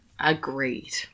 Agreed